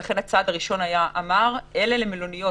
ולכן הצעד הראשון אמר שמי שבא משם ילך למלוניות,